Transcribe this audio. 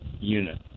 unit